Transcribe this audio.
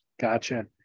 gotcha